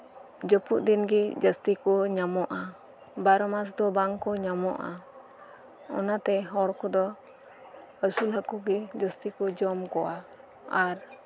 ᱡᱟᱹᱯᱩᱫ ᱫᱤᱱ ᱜᱮ ᱡᱟᱹᱥᱛᱤ ᱠᱚ ᱧᱟᱢᱚᱜᱼᱟ ᱵᱟᱨᱚ ᱢᱟᱥ ᱫᱚ ᱵᱟᱝ ᱠᱚ ᱧᱟᱢᱚᱜᱼᱟ ᱚᱱᱟᱛᱮ ᱦᱚᱲ ᱠᱚᱫᱚ ᱟᱹᱥᱩᱞ ᱦᱟᱠᱩ ᱜᱮ ᱡᱟᱹᱥᱛᱤ ᱠᱚ ᱡᱚᱢ ᱠᱚᱣᱟ ᱟᱨ